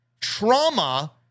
Trauma